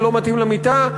ולא מתאים למיטה,